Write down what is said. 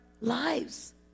lives